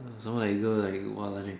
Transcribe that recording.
sound like girl like !wah! lah